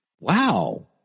Wow